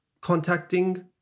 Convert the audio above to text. contacting